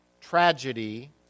tragedy